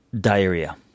diarrhea